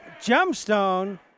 Gemstone